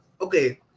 Okay